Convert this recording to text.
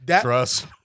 Trust